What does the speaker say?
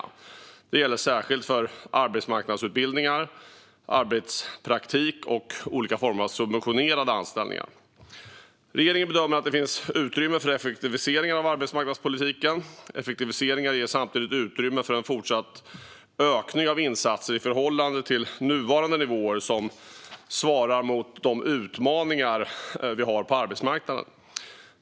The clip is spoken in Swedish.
Detta gäller särskilt för arbetsmarknadsutbildningar, arbetspraktik och olika former av subventionerade anställningar. Regeringen bedömer att det finns utrymme för effektiviseringar av arbetsmarknadspolitiken. Effektiviseringar ger samtidigt utrymme för en fortsatt ökning av insatserna i förhållande till nuvarande nivåer, som svarar mot de utmaningar vi har på arbetsmarknaden.